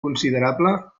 considerable